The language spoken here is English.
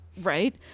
Right